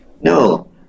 No